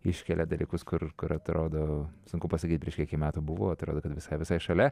iškelia dalykus kur kur atrodo sunku pasakyti prieš kiek jei metų buvo atrodo kad visai visai šalia